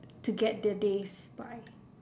to get their days by